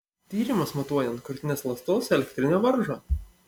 tyrimas matuojant krūtinės ląstos elektrinę varžą